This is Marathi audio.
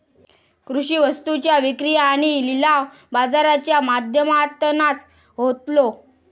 कृषि वस्तुंची विक्री आणि लिलाव बाजाराच्या माध्यमातनाच होतलो